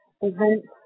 events